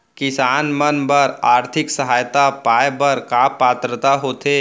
किसान मन बर आर्थिक सहायता पाय बर का पात्रता होथे?